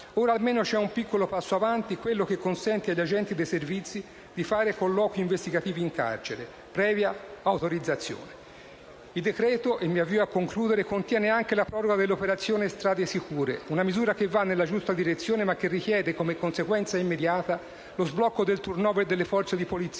Ora, almeno, c'è un piccolo passo avanti: quello che consente agli agenti dei servizi di fare colloqui investigativi in carcere, previa autorizzazione. Il decreto-legge contiene anche la proroga dell'"operazione strade sicure", una misura che va nella giusta direzione, ma che richiede, come conseguenza immediata, lo sblocco del *turnover* delle forze di polizia,